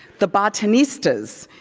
the botanistas,